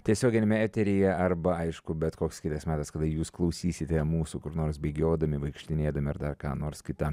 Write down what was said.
tiesioginiame eteryje arba aišku bet koks kitas metas kada jūs klausysite mūsų kur nors bėgiodami vaikštinėdami ar dar ką nors kita